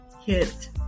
hit